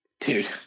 Dude